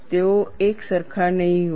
તેઓ એક સરખા નહીં હોય